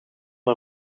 een